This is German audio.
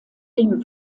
dem